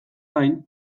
gain